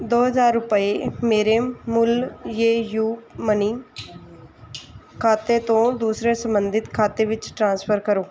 ਦੋ ਹਜ਼ਾਰ ਰੁਪਏ ਮੇਰੇ ਮੁੱਲ ਯੇ ਯੂ ਮਨੀ ਖਾਤੇ ਤੋਂ ਦੂਸਰੇ ਸੰਬੰਧਿਤ ਖਾਤੇ ਵਿੱਚ ਟ੍ਰਾਂਸਫਰ ਕਰੋ